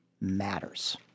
matters